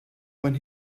when